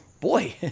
boy